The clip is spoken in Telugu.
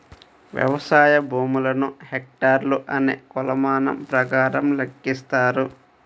వ్యవసాయ భూములను హెక్టార్లు అనే కొలమానం ప్రకారం లెక్కిస్తారు